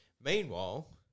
meanwhile